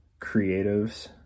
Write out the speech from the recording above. creatives